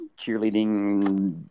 cheerleading